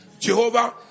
Jehovah